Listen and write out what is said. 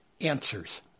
answers